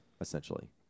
essentially